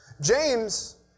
James